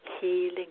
healing